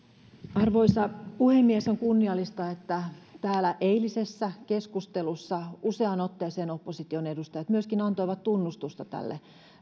arvoisa puhemies on kunniallista että täällä eilisessä keskustelussa useaan otteeseen opposition edustajat antoivat myöskin tunnustusta tälle